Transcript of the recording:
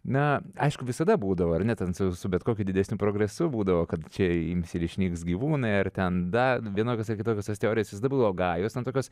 na aišku visada būdavo ar ne ten su bet kokiu didesniu progresu būdavo kad čia ims ir išnyks gyvūnai ar ten dar vienokios ar kitokios tos teorijos visada buvo gajos ten tokios